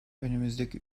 önümüzdeki